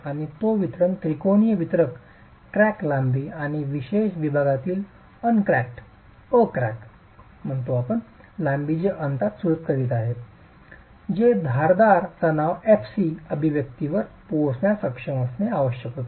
आणि तो वितरण त्रिकोणी वितरण क्रॅक लांबी आणि प्रत्येक विभागातील अ क्रॅक लांबीचे अंदाज सुलभ करीत होते जे धारदार तणाव fc अभिव्यक्तीवर पोहोचण्यास सक्षम असणे आवश्यक होते